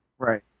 Right